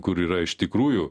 kur yra iš tikrųjų